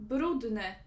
Brudny